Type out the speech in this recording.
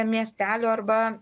miestelio arba